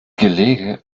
gelege